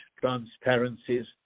transparencies